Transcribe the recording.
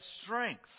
strength